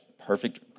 perfect